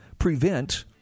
Prevent